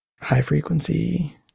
high-frequency